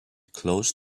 close